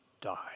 died